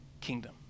kingdom